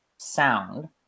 sound